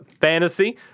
Fantasy